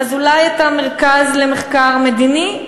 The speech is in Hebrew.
אז אולי את המרכז למחקר מדיני?